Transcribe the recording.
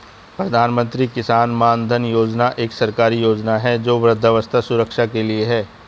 प्रधानमंत्री किसान मानधन योजना एक सरकारी योजना है जो वृद्धावस्था सुरक्षा के लिए है